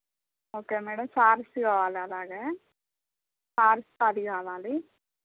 okay madam saris కావాలి అలాగే శారీస్ పది కావాలి